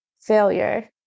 failure